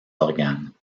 organes